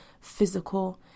physical